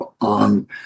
on